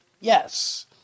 yes